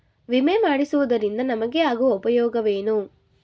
ವಿಮೆ ಮಾಡಿಸುವುದರಿಂದ ನಮಗೆ ಆಗುವ ಉಪಯೋಗವೇನು?